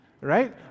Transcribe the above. right